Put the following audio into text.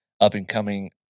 up-and-coming